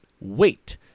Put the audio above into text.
wait